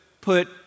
put